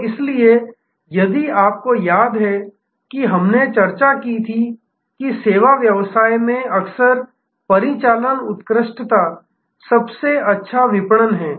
तो इसीलिए यदि आपको याद है कि हमने चर्चा की थी कि सेवा व्यवसाय में अक्सर परिचालन उत्कृष्टता सबसे अच्छा विपणन है